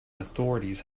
authorities